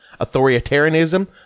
Authoritarianism